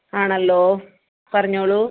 ആണല്ലോ പറഞ്ഞോളൂ